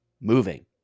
moving